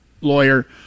lawyer